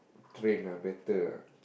train ah better ah